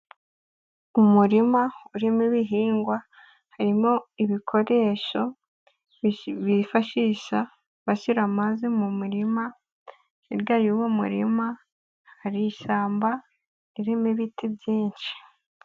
Umurima urimo ibihingwa, harimo ibikoresho bifashisha bashyira amazi mu murima, hirya y'uwo murima hari ishyamba ririmo ibiti byinshi.